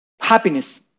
happiness